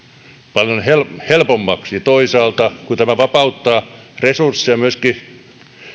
paljon helpommaksi toisaalta kun tämä vapauttaa resursseja myöskin